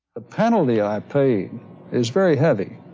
ah penalty i've paid is very heavy.